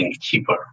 cheaper